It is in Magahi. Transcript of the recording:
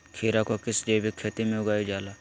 खीरा को किस जैविक खेती में उगाई जाला?